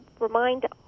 remind